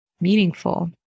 meaningful